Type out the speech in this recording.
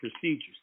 Procedures